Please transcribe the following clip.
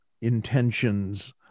intentions